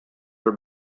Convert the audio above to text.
are